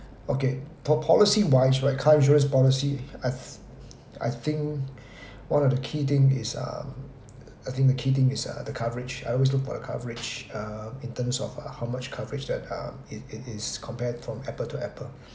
okay for policy wise right car insurance policy I t~ I think one of the key thing is um I think the key thing is err the coverage I always look for the coverage uh in terms of uh how much coverage that um it it is compared from apple to apple